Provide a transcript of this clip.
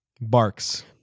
barks